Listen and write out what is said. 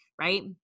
right